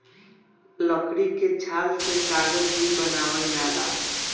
लकड़ी के छाल से कागज भी बनावल जाला